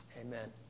Amen